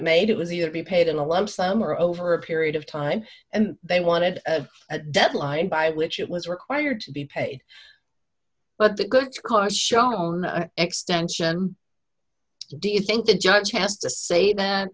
made it was either be paid in a lump sum or over a period of time and they wanted a deadline by which it was required to be paid but the good score shown extension do you think the judge has to say